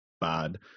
bad